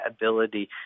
ability